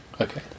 Okay